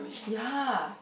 ya